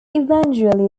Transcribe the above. eventually